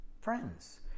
friends